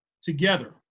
together